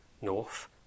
north